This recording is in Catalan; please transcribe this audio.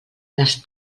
les